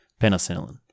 penicillin